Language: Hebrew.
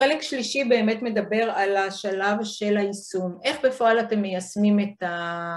החלק שלישי באמת מדבר על השלב של היישום, איך בפועל אתם מיישמים את ה...